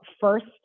first